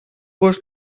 gos